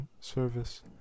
service